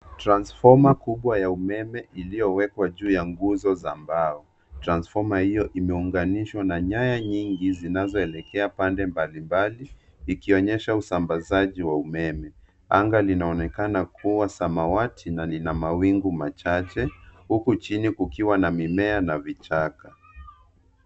Transfoma kubwa ya umeme iliyowekwa juu ya nguzo za mbao. Transfoma hiyo imeunganishwa na nyaya nyingi zinazoelekea pande mbalimbali ikionyesha usambazaji wa umeme. Anga linaonekana kuwa samawati na lina mawingu machache huku chini kukiwa na mimea na vichaka.